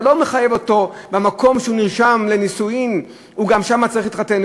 אתה לא מחייב אותו שבמקום שבו הוא נרשם לנישואין הוא גם צריך להתחתן.